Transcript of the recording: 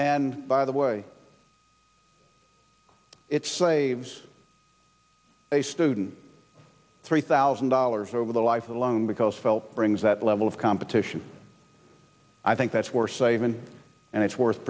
and by the way it saves a student three thousand dollars over the life alone because felt brings that level of competition i think that's where say even and it's worth